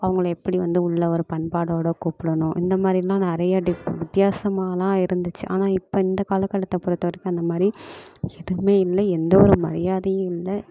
அவங்கள எப்படி வந்து உள்ள ஒரு பண்பாடோட கூப்பிடணும் இந்த மாதிரிலாம் நிறைய டிஃப் வித்தியாசமாகலாம் இருந்துச்சு ஆனால் இப்போ இந்த காலகட்டத்தை பொறுத்த வரைக்கும் அந்த மாதிரி எதுவுமே இல்லை எந்த ஒரு மரியாதையும் இல்லை